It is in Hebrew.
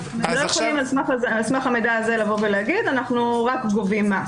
הם לא יכולים על סמך המידע הזה להגיד: אנחנו רק גובים מס.